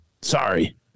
Sorry